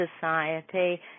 society